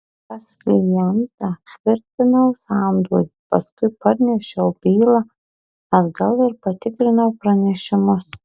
pas klientą tvirtinau sandorį paskui parnešiau bylą atgal ir patikrinau pranešimus